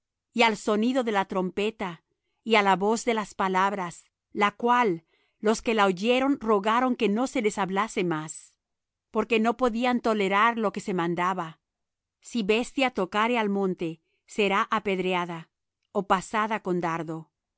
y al sonido de la trompeta y á la voz de las palabras la cual los que la oyeron rogaron que no se les hablase más porque no podían tolerar lo que se mandaba si bestia tocare al monte será apedreada ó pasada con dardo